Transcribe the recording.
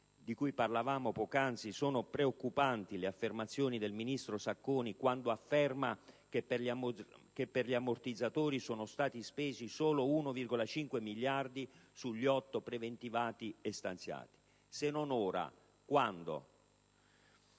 di cui parlavamo poc'anzi, le affermazioni del ministro Sacconi, secondo cui per gli ammortizzatori sono stati spesi solo 1,5 miliardi di euro sugli 8 preventivati e stanziati. Se non ora, quando?